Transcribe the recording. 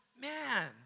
man